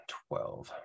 twelve